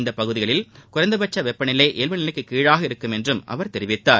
இந்த பகுதிகளில் குறைந்தபட்ச வெப்பம் இயல்பு நிலைக்கும் கீழாக இருக்கும் என்றும் அவர் தெரிவித்தார்